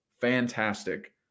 fantastic